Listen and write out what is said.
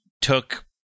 took